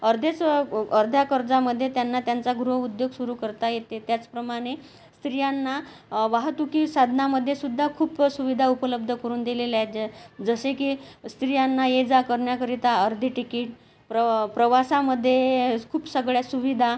अर्धेच अर्ध्या कर्जामध्ये त्यांना त्यांचा गृहउद्योग सुरू करता येते त्याचप्रमाणे स्त्रियांना वाहतुकी साधनामध्येसुद्धा खूपच सुविधा उपलब्ध करून दिलेल्या आहे ज जसे की स्त्रियांना ये जा करण्याकरिता अर्धे टिकीट प्र प्रवासामध्ये खूप सगळ्या सुविधा